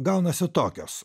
gaunasi tokios